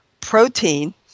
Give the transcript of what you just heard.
protein